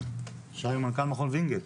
מנכ"ל מכון וינגייט.